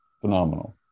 Phenomenal